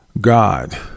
God